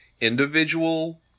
individual